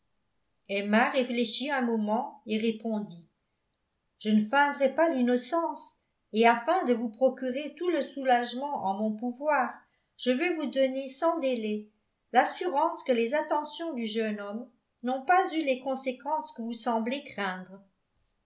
emma réfléchit un moment et répondit je ne feindrai pas l'innocence et afin de vous procurer tout le soulagement en mon pouvoir je veux vous donner sans délai l'assurance que les attentions du jeune homme n'ont pas eu les conséquences que vous semblez craindre